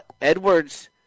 Edwards